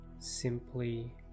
Simply